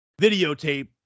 videotape